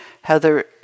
Heather